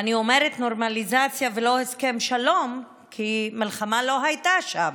אני אומרת נורמליזציה ולא הסכם שלום כי מלחמה לא הייתה שם,